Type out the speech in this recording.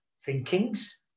thinkings